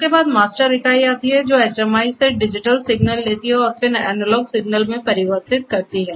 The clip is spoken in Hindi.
उसके बाद मास्टर इकाई आती है जो HMI से डिजिटल सिग्नल लेती है और फिर एनालॉग सिग्नल में परिवर्तित करती है